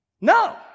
No